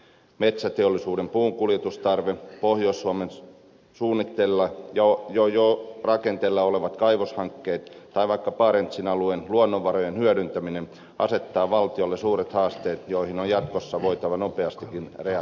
metsäteollisuuden puunkuljetustarve pohjois suomen suunnitteilla ja jo rakenteilla olevat kaivoshankkeet tai vaikka barentsin alueen luonnonvarojen hyödyntäminen asettavat valtiolle suuret haasteet joihin on jatkossa voitava nopeastikin reagoida